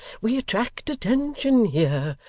we attract attention here.